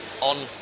on